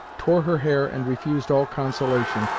tore her hair and refused all consolation,